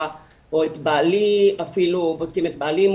או את בעלי אפילו בודקים את בעלי,